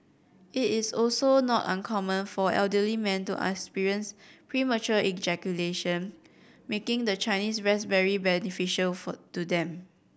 it is also not uncommon for elderly men to experience premature ejaculation making the Chinese raspberry beneficial for to them